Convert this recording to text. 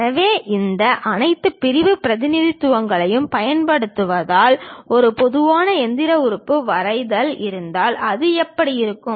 எனவே இந்த அனைத்து பிரிவு பிரதிநிதித்துவங்களையும் பயன்படுத்துதல் ஒரு பொதுவான இயந்திர உறுப்பு வரைதல் இருந்தால் அது எப்படி இருக்கும்